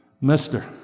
Mister